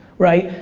right,